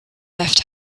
left